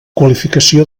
qualificació